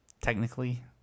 technically